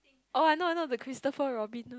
oh I know I know the Christopher-Robin